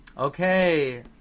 Okay